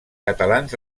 catalans